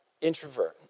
introvert